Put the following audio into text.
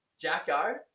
Jacko